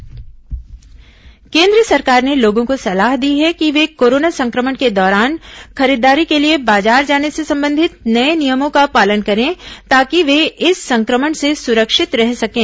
केन्द्र कोरोना सलाह केन्द्र सरकार ने लोगों को सलाह दी है कि वे कोरोना संक्रमण के दौरान खरीदारी के लिए बाजार जाने से संबंधित नये नियमों का पालन करें ताकि वे इस संक्रमण से सुरक्षित रह सकें